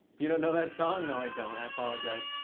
you don't know that song? no, i don't. i apologize.